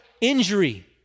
injury